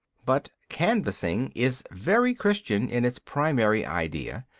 but canvassing is very christian in its primary idea.